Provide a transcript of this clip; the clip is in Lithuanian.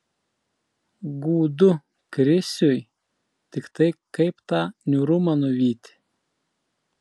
gūdu krisiui tiktai kaip tą niūrumą nuvyti